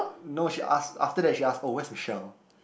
uh no she asked after that she asked oh where's Michelle